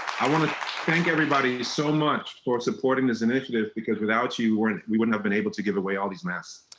i wanna thank everybody so much for supporting this initiative because without you, we wouldn't have been able to give away all these masks.